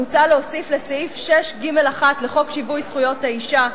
מוצע להוסיף לסעיף 6ג1 לחוק שיווי זכויות האשה,